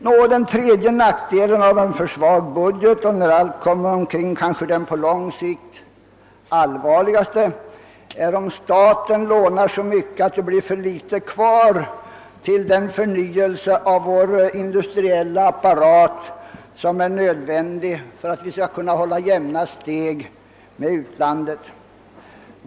För det tredje är nackdelen med en svag budget — och det är när allt kommer omkring kanske den på lång sikt allvarligaste — att staten lånar så mycket att det blir för litet kvar till den förnyelse av vår industriella apparat som är nödvändig för att vi skall kunna hålla jämna steg med utlandet.